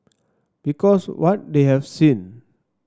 because what they have seen